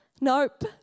Nope